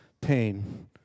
pain